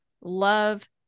love